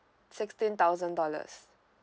sixteen thousand dollars